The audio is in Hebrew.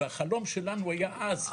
והחלום שלנו היה אז.